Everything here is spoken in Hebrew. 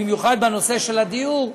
במיוחד בנושא של הדיור,